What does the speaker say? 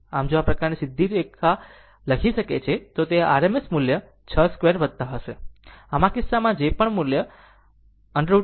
આમ જો આ પ્રકારની વસ્તુ સીધી લખી શકે છે તો આ RMS મૂલ્ય 62 હશે આ કિસ્સામાં જે પણ મૂલ્ય √2 આવે છે